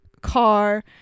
car